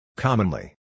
Commonly